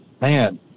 man